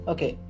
Okay